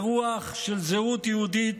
רוח של זהות יהודית,